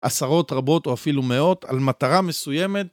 עשרות, רבות, או אפילו מאות, על מטרה מסוימת.